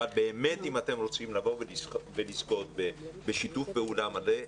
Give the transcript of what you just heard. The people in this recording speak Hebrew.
אבל אם אתם רוצים לזכות בשיתוף פעולה מלא,